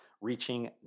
reaching